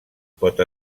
pot